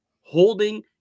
holding